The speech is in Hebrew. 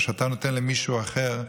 כשאתה נותן למישהו אחר,